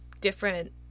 different